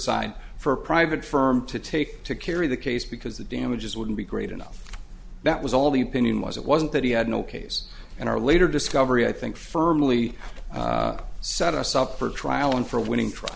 side for a private firm to take to carry the case because the damages wouldn't be great enough that was all the opinion was it wasn't that he had no case and hour later discovery i think firmly set us up for trial and for winning tr